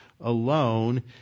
alone